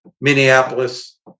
Minneapolis